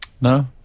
No